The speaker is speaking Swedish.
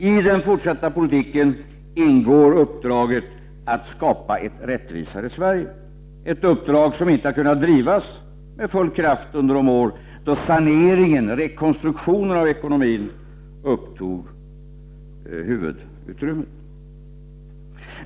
I den fortsatta politiken ingår framför allt uppdraget att skapa ett rättvisare Sverige, ett uppdrag som inte har kunnat drivas med full kraft under de år då saneringen och rekonstruktionen av ekonomin upptog huvudutrymmet.